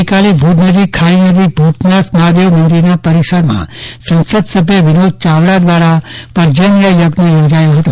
ગઈકાલે ભુજ નજીક ખરી નદી ભૂતનાથ મહાદેવ મંદિરના પરિસરમાં સંસદ સભ્ય વિનોદ ચાવડા દ્વારા પર્જન્ય યજ્ઞ યોજાયો હતો